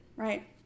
right